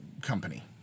company